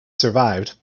survived